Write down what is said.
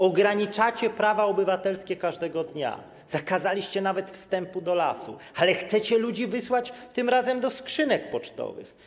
Ograniczacie prawa obywatelskie każdego dnia, zakazaliście nawet wstępu do lasu, ale chcecie ludzi wysłać tym razem do skrzynek pocztowych.